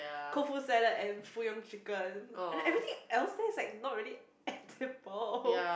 Koufu salad and Fuyong chicken and then everything else's is not really edible